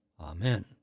Amen